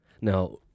Now